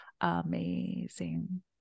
amazing